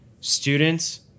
students